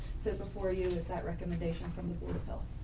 so before you is that recommendation from the board of health